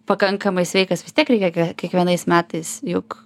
pakankamai sveikas vis tiek reikia kiekvienais metais juk